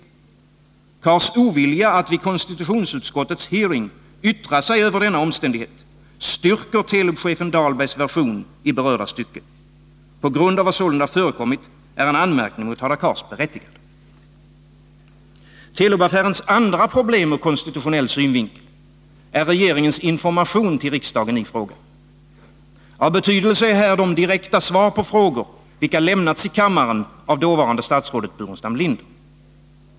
Hadar Cars ovilja att vid konstitutionsutskottets hearing yttra sig över denna omständighet styrker Telub-chefen Dahlbergs version i berörda stycke. På grund av vad sålunda förekommit är en anmärkning mot Hadar Cars berättigad. Telub-affärens andra problem ur konstitutionell synvinkel är regeringens information till riksdagen i frågan. Av betydelse är här de direkta svar på frågor vilka lämnats i kammaren av dåvarande statsrådet Burenstam Linder.